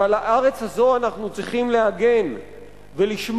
ועל הארץ הזאת אנחנו צריכים להגן ולשמור,